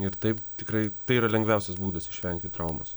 ir taip tikrai tai yra lengviausias būdas išvengti traumos